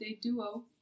Duo